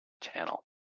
channel